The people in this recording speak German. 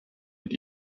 mit